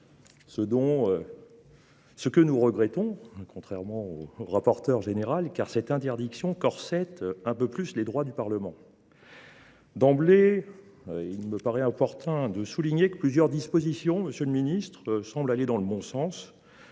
ce que nous regrettons, contrairement au rapporteur général, car cette interdiction corsète un peu plus les droits du Parlement. D’emblée, il me paraît opportun de souligner que plusieurs dispositions semblent aller dans le bon sens.